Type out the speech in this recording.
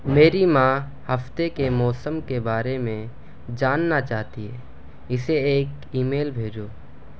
میری ماں ہفتے کے موسم کے بارے میں جاننا چاہتی ہے اسے ایک ای میل بھیجو